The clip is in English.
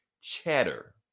chatter